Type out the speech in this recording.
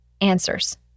answers